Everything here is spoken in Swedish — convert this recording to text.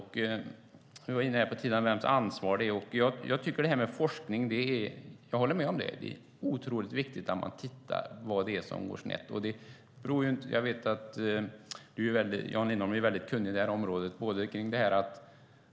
Vi var inne tidigare på vems ansvar det är, och jag håller med om att det är otroligt viktigt med forskning och att man försöker ta reda på vad det är som gått snett. Jag vet att Jan Lindholm är väldigt kunnig på det här området.